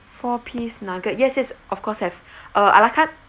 four piece nugget yes yes of course have uh a la carte